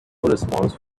response